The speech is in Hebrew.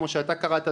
כמו שאתה קראת,